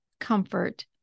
comfort